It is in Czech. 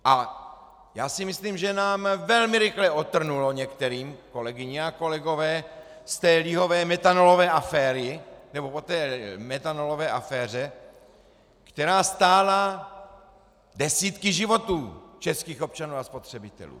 A já si myslím, že nám velmi rychle otrnulo, některým, kolegyně a kolegové, z té lihové metanolové aféry, nebo o té metanolové aféře, která stála desítky životů českých občanů a spotřebitelů.